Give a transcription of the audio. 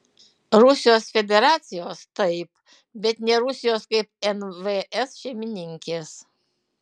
rusijos federacijos taip bet ne rusijos kaip nvs šeimininkės